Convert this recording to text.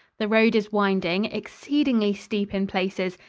the road is winding, exceedingly steep in places,